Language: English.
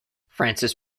frances